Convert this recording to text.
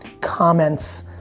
comments